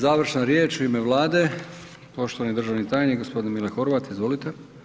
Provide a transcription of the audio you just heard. Završna riječ u ime Vlade, poštovani državni tajnik g. Mile Horvat, izvolite.